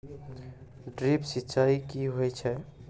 Drip सिंचाई कि होय छै?